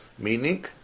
Meaning